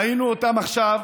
ראינו אותם עכשיו